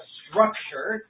structure